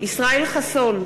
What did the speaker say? ישראל חסון,